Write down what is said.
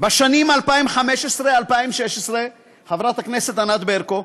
בשנים 2015 2016, חברת הכנסת ענת ברקו,